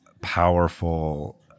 powerful